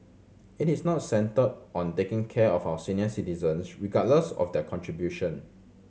it is not centred on taking care of our senior citizens regardless of their contribution